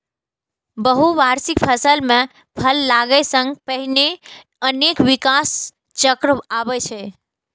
बहुवार्षिक फसल मे फल लागै सं पहिने अनेक विकास चक्र आबै छै